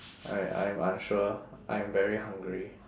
I I'm unsure I'm very hungry